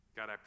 God